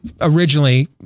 originally